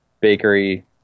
bakery